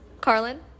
Carlin